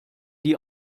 die